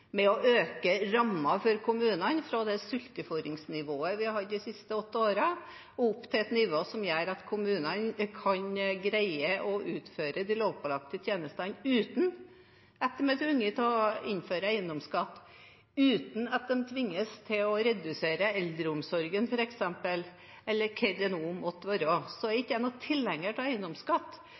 å øke rammene til kommunene fra det sulteforingsnivået vi har hatt de siste åtte årene, og opp til et nivå som gjør at kommunene kan greie å utføre de lovpålagte tjenestene uten at de er tvunget til å innføre eiendomsskatt, uten at de tvinges til å redusere f.eks. eldreomsorgen eller hva det nå måtte være. Jeg er ikke noen tilhenger av eiendomsskatt.